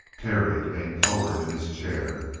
terry leaned forward in his chair.